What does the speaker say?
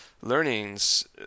learnings